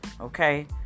Okay